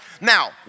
Now